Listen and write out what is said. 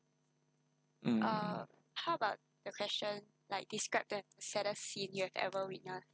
mm